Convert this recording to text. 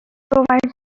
provides